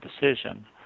decision